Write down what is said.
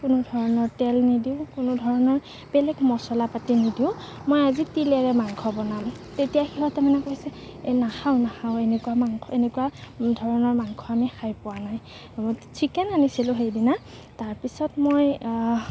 কোনো ধৰণৰ তেল নিদিওঁ কোনো ধৰণৰ বেলেগ মচলা পাতি নিদিওঁ মই আজি তিলেৰে মাংস বনাম তেতিয়া সিহঁতে মানে কৈছে নাখাওঁ নাখাওঁ এনেকুৱা মাংস এনেকুৱা ধৰণৰ মাংস আমি খাই পোৱা নাই চিকেন আনিছিলো সেইদিনা তাৰপিছত মই